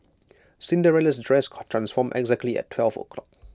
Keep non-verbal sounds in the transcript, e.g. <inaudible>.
Cinderella's dress <unintelligible> transformed exactly at twelve o'clock